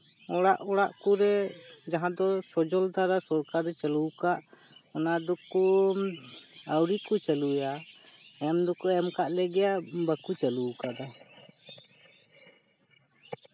ᱚᱲᱟᱜ ᱚᱲᱟᱜ ᱠᱚᱨᱮ ᱡᱟᱦᱟᱸ ᱫᱚ ᱥᱚᱡᱚᱞ ᱫᱟᱨᱟ ᱥᱚᱨᱠᱟᱨᱮᱭ ᱪᱟᱹᱞᱩᱣᱟᱠᱟᱫ ᱚᱱᱟ ᱫᱚᱠᱚ ᱟᱣᱨᱤᱠᱚ ᱪᱟᱹᱞᱩᱭᱟ ᱮᱢ ᱫᱚᱠᱚ ᱮᱢ ᱟᱠᱟᱫ ᱞᱮᱜᱮᱭᱟ ᱵᱟᱠᱚ ᱪᱟᱹᱞᱩᱣᱟᱠᱟᱫᱟ